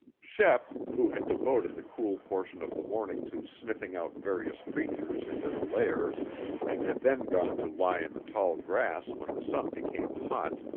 shep, who had devoted the cool portion of the morning to sniffing out various creatures in their lairs and had then gone to lie in the tall grass when the sun became hot,